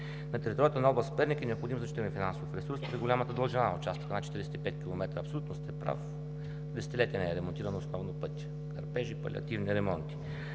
на територията на област Перник, е необходим значителен финансов ресурс, поради голямата дължина на участъка, над 45 км. Абсолютно сте прав, десетилетия не е ремонтиран основно пътят – кърпежи, палиативни ремонти.